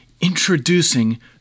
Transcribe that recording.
introducing